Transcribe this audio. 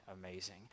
amazing